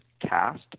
cast